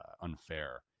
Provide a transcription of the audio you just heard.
unfair